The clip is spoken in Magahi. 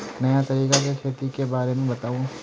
नया तरीका से खेती के बारे में बताऊं?